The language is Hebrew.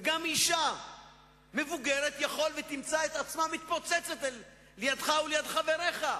גם אשה מבוגרת אפשר שתמצא את עצמה מתפוצצת לידך וליד חבריך.